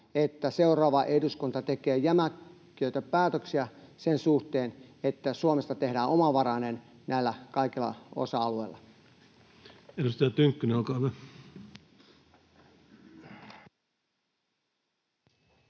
että seuraava eduskunta tekee jämäköitä päätöksiä sen suhteen, että Suomesta tehdään omavarainen kaikilla näillä osa-alueilla. [Speech 48] Speaker: